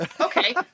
okay